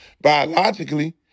biologically